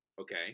Okay